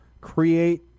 create